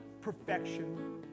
perfection